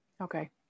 Okay